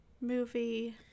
movie